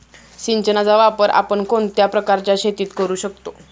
सिंचनाचा वापर आपण कोणत्या प्रकारच्या शेतीत करू शकतो?